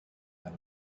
than